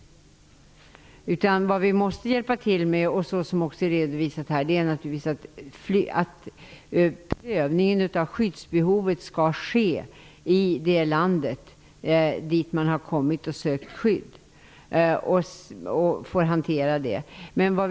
Vad vi måste hjälpa till med, och som också redovisas i svaret, är att se till att prövningen av skyddsbehovet sker i det land dit man har kommit och sökt skydd.